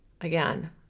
Again